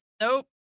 nope